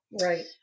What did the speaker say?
right